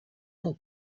del